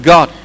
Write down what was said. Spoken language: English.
God